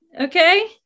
Okay